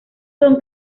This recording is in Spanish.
son